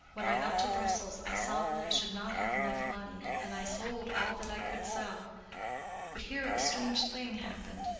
when i got to brussels i saw that i should not have enough money, and i sold all that i could sell but here a strange thing happened.